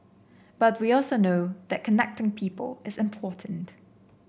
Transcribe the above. but we also know that connecting people is important